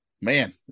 Man